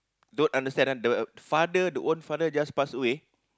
don't understand ah the uh father the own father just pass away